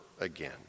again